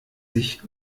sich